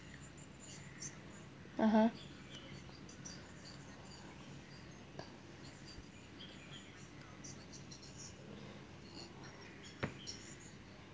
uh (huh)